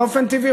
באופן טבעי,